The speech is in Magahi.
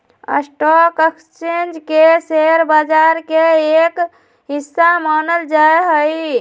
स्टाक एक्स्चेंज के शेयर बाजार के एक हिस्सा मानल जा हई